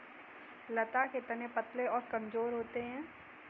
लता के तने पतले और कमजोर होते हैं